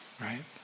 Right